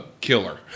killer